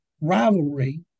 rivalry